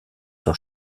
sur